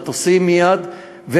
מטוסים מייד,